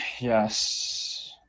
Yes